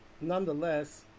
nonetheless